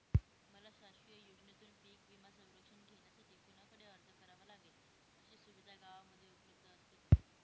मला शासकीय योजनेतून पीक विमा संरक्षण घेण्यासाठी कुणाकडे अर्ज करावा लागेल? अशी सुविधा गावामध्ये उपलब्ध असते का?